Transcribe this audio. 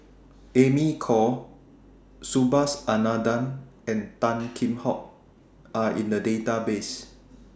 Amy Khor Subhas Anandan and Tan Kheam Hock Are in The Database